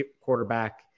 quarterback